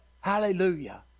Hallelujah